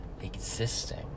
existing